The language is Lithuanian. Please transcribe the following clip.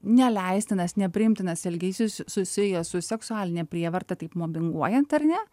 neleistinas nepriimtinas elgesys susijęs su seksualine prievarta taip mobinguojant ar ne